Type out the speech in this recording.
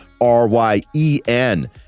R-Y-E-N